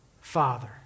Father